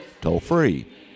toll-free